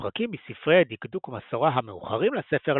פרקים מספרי דקדוק ומסורה המאוחרים לספר,